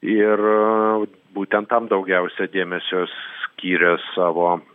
ir būtent tam daugiausia dėmesio skyrė savo